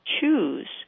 choose